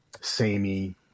samey